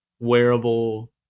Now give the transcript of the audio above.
wearable